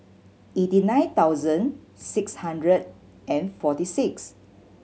eighty nine thousand six hundred and forty six